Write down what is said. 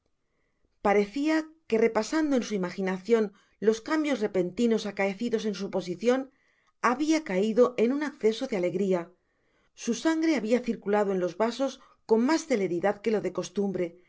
parecia que repasando en su imaginacion los cambios repentinos acaecidos en su posicion habia caido en un acceso de alegria su sangre habia circulado en los vasos con mas celeridad que lo de costumbre